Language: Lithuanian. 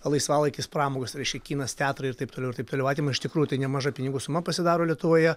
laisvalaikis pramogos reiškia kinas teatrai ir taip toliau ir taip toliau atima iš tikrų tai nemaža pinigų suma pasidaro lietuvoje